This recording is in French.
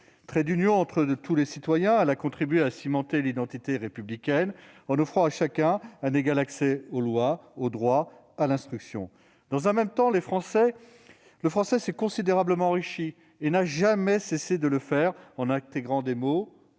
Trait d'union entre tous les citoyens, elle a contribué à cimenter l'identité républicaine, en offrant à chacun un égal accès aux lois, au droit, à l'instruction. Dans le même temps, le français s'est considérablement enrichi et n'a jamais cessé de le faire, en intégrant des mots